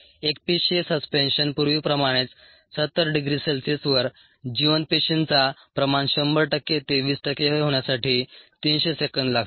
एकपेशीय ससपेंशन पूर्वीप्रमाणेच 70 डिग्री सेल्सिअसवर जिवंत पेशींचा प्रमाण 100 टक्के ते 20 टक्के होण्यासाठी 300 सेकंद लागतात